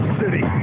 city